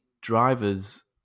drivers